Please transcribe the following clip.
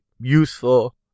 useful